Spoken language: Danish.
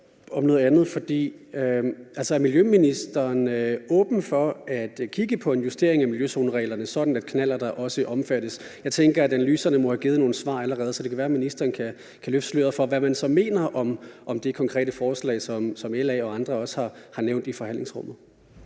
om noget andet. Er miljøministeren åben for at kigge på en justering af miljøzonereglerne, sådan at knallerter også er omfattet? Jeg tænker, at analyserne må have givet nogle svar allerede, så det kan være, at ministeren kan løfte sløret for, hvad man så mener om det konkrete forslag, som LA og andre har nævnt i forhandlingsrummet.